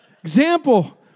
example